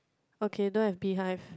okay don't have bee hive